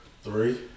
Three